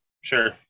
sure